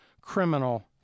criminal